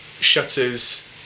shutters